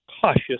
cautious